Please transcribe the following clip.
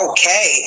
Okay